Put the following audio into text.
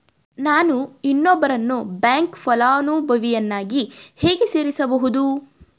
ನಾನು ಇನ್ನೊಬ್ಬರನ್ನು ಬ್ಯಾಂಕ್ ಫಲಾನುಭವಿಯನ್ನಾಗಿ ಹೇಗೆ ಸೇರಿಸಬಹುದು?